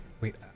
Wait